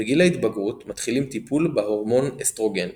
בגיל ההתבגרות מתחילים טיפול בהורמון אסטרוגן.